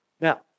now